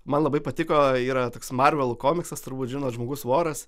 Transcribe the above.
man labai patiko yra toks marvel komiksas turbūt žinot žmogus voras